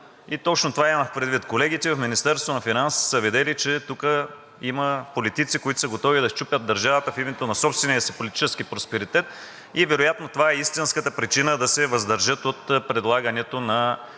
точно това имах предвид – колегите от Министерството на финансите са видели, че тук има политици, които са готови да счупят държавата в името на собствения си политически просперитет, и вероятно това е истинската причина да се въздържат от предлагането на